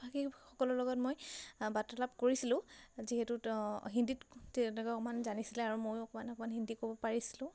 ভাষীসকলৰ লগত মই বাৰ্তালাপ কৰিছিলোঁ যিহেতু হিন্দীত তেওঁলোকে অকণমান জানিছিলে আৰু ময়ো অকণমান অকণমান হিন্দী ক'ব পাৰিছিলোঁ